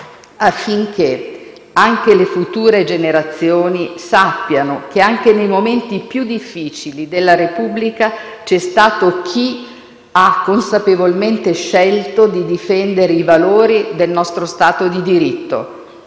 affinché anche le future generazioni sappiano che, persino nei momenti più difficili della Repubblica, c'è stato chi ha consapevolmente scelto di difendere i valori del nostro Stato di diritto.